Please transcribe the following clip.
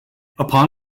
upon